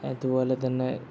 അതുപോലെതന്നെ